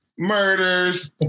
murders